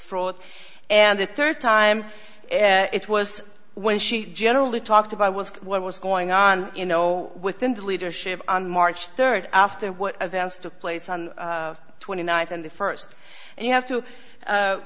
fraud and the third time it was when she generally talked about was what was going on you know within the leadership on march third after what events took place on twenty ninth and the first and you have to